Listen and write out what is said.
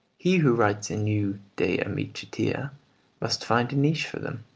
he who writes a new de amicitia must find a niche for them,